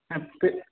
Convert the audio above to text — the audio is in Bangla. হ্যাঁ তে